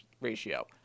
ratio